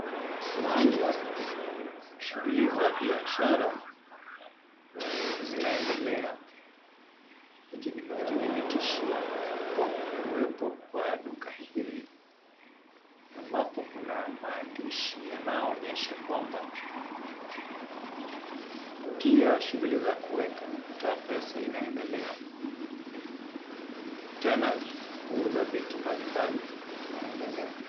Mahali hapa shughli za biashara zinaendelea, ikithibitishwa kwa kuwepo kwa duka hili, ambapo kuna maandishi yanayoonyesha kwamba pia shughli ya kuweka na kutoa pesa inaendelea ,tena kuuza vitu mbalimbali zinaendelea .